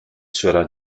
sera